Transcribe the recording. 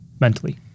mentally